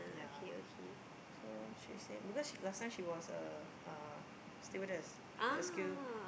yea so she said because last she was a a uh stewardess S_Q